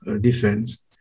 defense